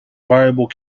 viable